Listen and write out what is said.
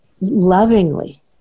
lovingly